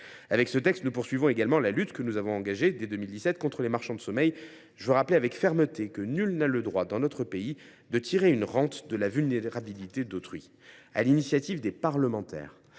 de ce texte, nous poursuivons également la lutte que nous avons engagée dès 2017 contre les marchands de sommeil. Je le rappelle avec fermeté : dans notre pays, nul n’a le droit de tirer une rente de la vulnérabilité d’autrui. Sur l’initiative des parlementaires,